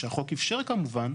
שהחוק אפשר כמובן,